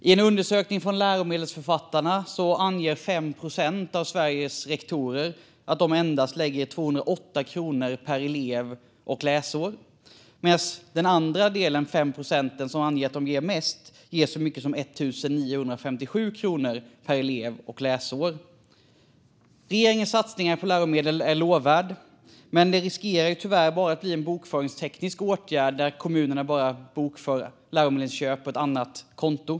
I en undersökning från Läromedelsförfattarna anger 5 procent av Sveriges rektorer att de lägger endast 208 kronor per elev och läsår på läromedel, medan de 5 procent som anger att de ger mest ger så mycket som 1 957 kronor per elev och läsår. Regeringens satsning på läromedel är lovvärd, men den riskerar tyvärr att bara bli en bokföringsteknisk åtgärd, där kommunerna bara bokför läromedelsköp på ett annat konto.